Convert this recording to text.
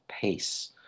pace